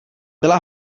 byla